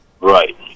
right